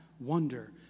wonder